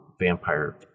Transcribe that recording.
vampire